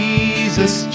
Jesus